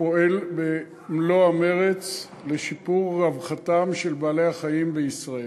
פועלים במלוא המרץ לשיפור רווחתם של בעלי-החיים בישראל.